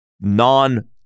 non